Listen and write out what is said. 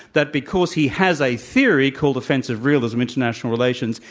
that because he has a theory called offensive realism, international relations,